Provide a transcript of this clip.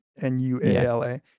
N-U-A-L-A